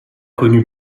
connu